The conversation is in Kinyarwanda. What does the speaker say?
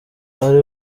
ari